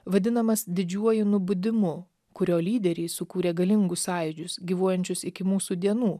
vadinamas didžiuoju nubudimu kurio lyderiai sukūrė galingus sąjūdžius gyvuojančius iki mūsų dienų